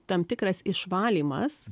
tam tikras išvalymas